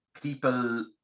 people